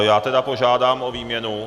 Já tedy požádám o výměnu.